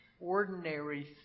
ordinary